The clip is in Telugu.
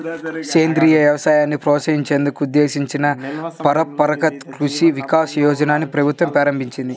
సేంద్రియ వ్యవసాయాన్ని ప్రోత్సహించేందుకు ఉద్దేశించిన పరంపరగత్ కృషి వికాస్ యోజనని ప్రభుత్వం ప్రారంభించింది